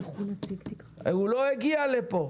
הוא לא הגיע לפה.